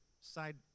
Side